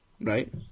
right